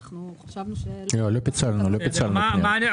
לא, לא פיצלנו פנייה.